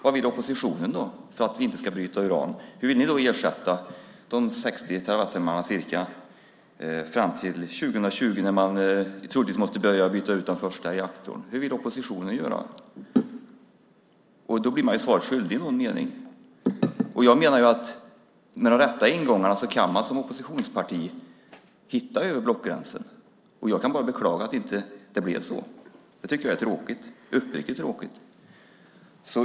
Vad vill oppositionen göra för att vi inte ska bryta uran? Hur vill de ersätta de ca 60 terawattimmarna fram till 2020, när vi troligtvis måste börja byta ut den första reaktorn? Hur vill oppositionen göra? De blir i någon mening svaret skyldiga. Jag menar att med de rätta ingångarna kan man som oppositionsparti komma över blockgränsen, och jag kan bara beklaga att det inte blev så. Det är uppriktigt tråkigt.